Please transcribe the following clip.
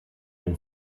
been